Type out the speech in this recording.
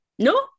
No